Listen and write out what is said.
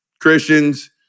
Christians